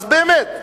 אז באמת.